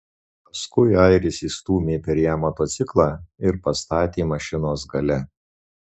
paskui airis įstūmė per ją motociklą ir pastatė mašinos gale